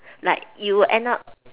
like you would end up